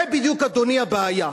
זה בדיוק, אדוני, הבעיה.